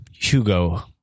Hugo